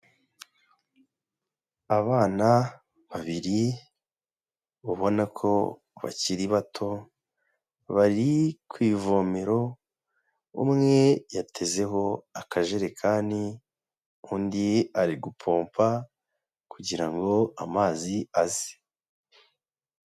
Abana babiri ubona ko bakiri bato bari ku ivomero, umwe yatezeho akajerekani, undi ari gupompa kugira ngo amazi aze.